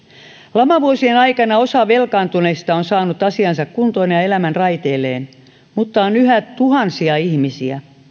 lamavuosien aikana velkaantuneista osa on saanut asiansa kuntoon ja elämän raiteilleen mutta on yhä tuhansia ihmisiä